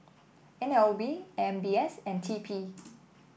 N L B M B S and T P